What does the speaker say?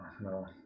no